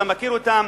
אתה מכיר אותם,